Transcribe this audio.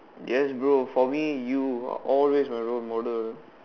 yes bro for me you always my role model